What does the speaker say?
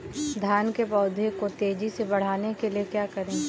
धान के पौधे को तेजी से बढ़ाने के लिए क्या करें?